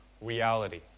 reality